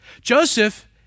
Joseph